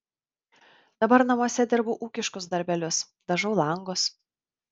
dabar namuose dirbu ūkiškus darbelius dažau langus